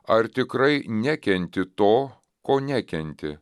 ar tikrai nekenti to ko nekenti